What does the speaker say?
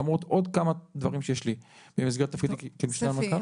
למרות עוד כמה דברים שיש לי במסגרת תפקידי כמשנה המנכ"ל.